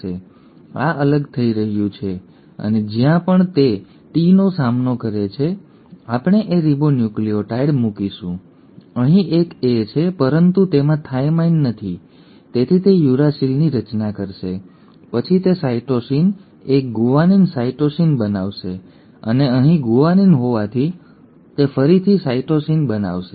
તેથી આ અલગ થઈ ગયું છે અને જ્યાં પણ તે ટીનો સામનો કરે છે અહીં આપણે એ રિબોન્યુક્લિઓટાઇડ મૂકીશું અહીં એક એ છે પરંતુ તેમાં થાઇમાઇન નથી તેથી તે યુરાસિલની રચના કરશે પછી તે સાઇટોસિન એક ગુઆનિન સાઇટોસિન બનાવશે અને અહીં ગુઆનિન હોવાથી તે ફરીથી સાઇટોસિન બનાવશે